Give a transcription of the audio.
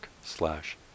slash